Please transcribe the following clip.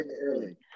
early